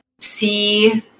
see